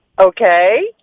Okay